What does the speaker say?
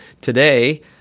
today